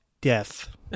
Death